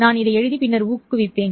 நான் இதை எழுதி பின்னர் ஊக்குவிப்பேன்